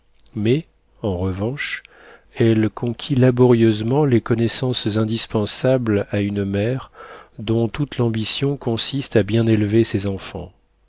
mais en revanche elle conquit laborieusement les connaissances indispensables à une mère dont toute l'ambition consiste à bien élever ses enfants